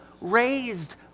raised